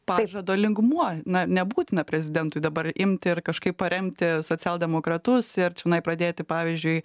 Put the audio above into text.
pažado lygmuo na nebūtina prezidentui dabar imti ir kažkaip paremti socialdemokratus ir čionai pradėti pavyzdžiui